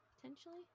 potentially